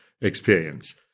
experience